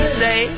say